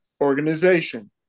organization